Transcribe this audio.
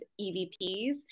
EVPs